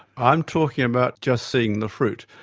i'm talking about just seeing the fruit.